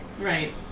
Right